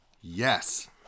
Yes